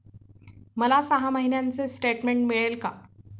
मला सहा महिन्यांचे स्टेटमेंट मिळेल का?